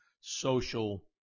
social